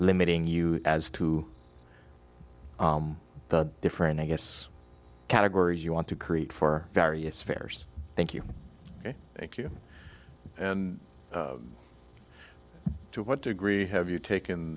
limiting you as to the different i guess categories you want to create for various fares thank you thank you and to what degree have you taken